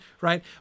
right